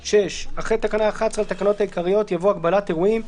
6. אחרי תקנה 11 לתקנות העיקריות יבוא: "הגבלת אירועים.